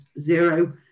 zero